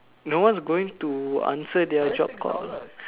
no one's going to answer their job call lor